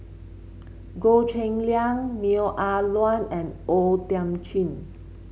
Goh Cheng Liang Neo Ah Luan and O Thiam Chin